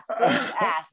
ass